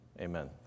Amen